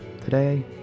today